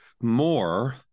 more